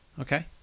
Okay